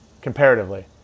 comparatively